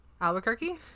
Albuquerque